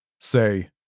Say